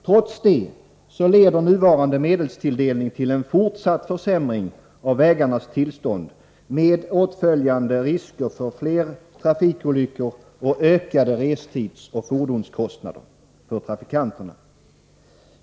Trots detta leder nuvarande medelstilldelning till en fortsatt försämring av vägarnas tillstånd med åtföljande risker för fler trafikolyckor samt ökade restidsoch fordonskostnader för trafikanterna.